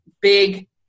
big